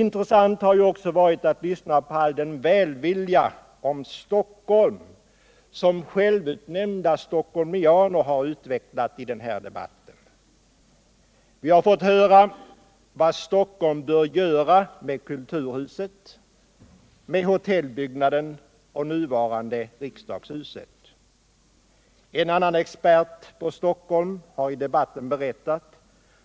Intressant har också varit att lyssna på all den välvilja mot Stockholm som självutnämnda stockholmianer har utvecklat i den här debatten. Vi har fått höra vad Stockholm bör göra med kulturhuset, med hotelibyggnaden och med det nuvarande riksdagshuset. En annan expert på Stockholm har berättat